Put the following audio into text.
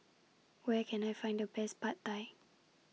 Where Can I Find The Best Pad Thai